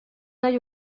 œil